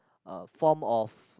a form of